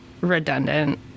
redundant